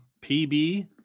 pb